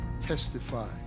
testify